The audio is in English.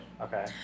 Okay